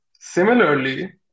Similarly